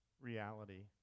reality